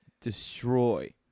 destroy